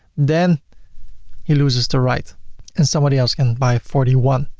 then he loses the right and somebody else can buy forty one.